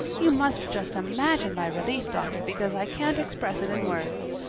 you must just imagine my relief, doctor, because i can't express it in words.